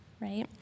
right